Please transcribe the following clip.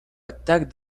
attack